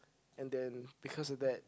and then because of that